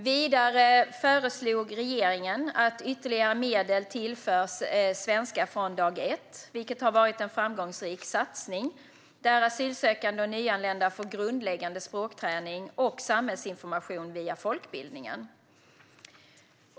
Vidare föreslog regeringen att ytterligare medel tillförs Svenska från dag ett, vilket har varit en framgångsrik satsning där asylsökande och nyanlända får grundläggande språkträning och samhällsinformation via folkbildningen.